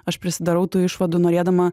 aš prisidarau tų išvadų norėdama